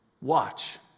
watch